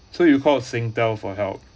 so you call singtel for help